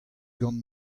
gant